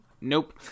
Nope